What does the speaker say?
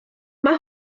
mae